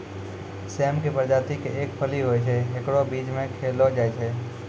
सेम के प्रजाति के एक फली होय छै, हेकरो बीज भी खैलो जाय छै